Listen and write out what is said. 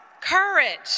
courage